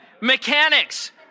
Mechanics